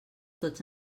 tots